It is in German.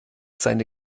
seine